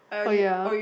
oh ya